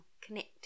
connect